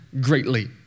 greatly